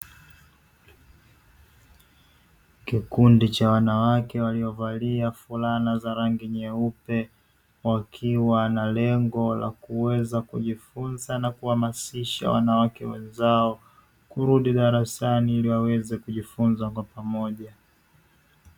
Kikundi cha wanawake walio valia fulana za rangi nyeupe, wakiwa na lengo la kuweza kujifunza na kuhamasisha wanawake wenzao, kurudi darasani ili waweze kujifunza kwa pamoja.